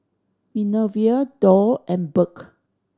Minervia Doll and Burk